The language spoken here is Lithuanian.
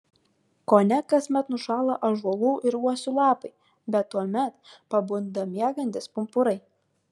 kone kasmet nušąla ąžuolų ir uosių lapai bet tuomet pabunda miegantys pumpurai